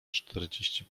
czterdzieści